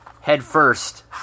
headfirst